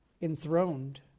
enthroned